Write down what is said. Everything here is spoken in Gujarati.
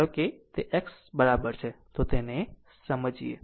હવે જો કે x બરાબર છે તો તેને સમજીએ